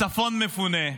הצפון מפונה,